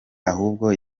ahubwo